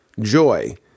joy